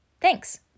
Thanks